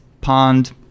pond